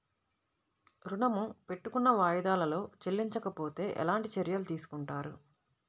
ఋణము పెట్టుకున్న వాయిదాలలో చెల్లించకపోతే ఎలాంటి చర్యలు తీసుకుంటారు?